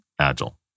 agile